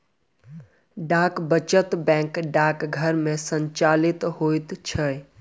डाक वचत बैंक डाकघर मे संचालित होइत छै